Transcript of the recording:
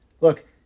Look